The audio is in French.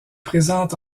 présente